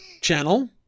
channel